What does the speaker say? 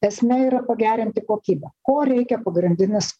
esmė yra pagerinti kokybę ko reikia pagrindinis